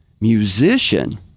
musician